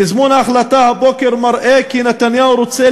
תזמון ההחלטה הבוקר מראה כי נתניהו רוצה